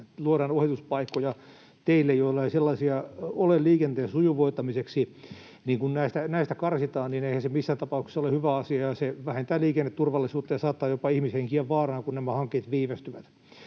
luodaan ohituspaikkoja teille, joilla ei sellaisia ole. Kun näistä karsitaan, niin eihän se missään tapauksessa ole hyvä asia. Se vähentää liikenneturvallisuutta ja saattaa jopa ihmishenkiä vaaraan, kun nämä hankkeet viivästyvät.